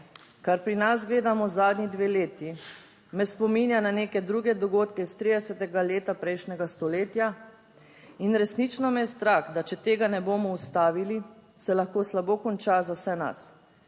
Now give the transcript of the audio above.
kar pri nas gledamo zadnji dve leti me spominja na neke druge dogodke iz 30. leta prejšnjega stoletja in resnično me je strah, da če tega ne bomo ustavili, se lahko slabo konča za vse nas.